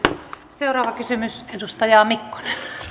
seuraava kysymys edustaja mikkonen